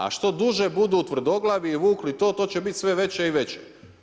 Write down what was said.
A što duže budu tvrdoglavi i vukli to, to će biti sve veće i veće.